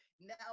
now